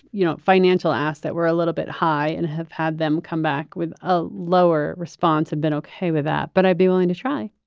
you know, financial ask that were a little bit high and have had them come back with a lower response, had been okay with that. but i'd be willing to try.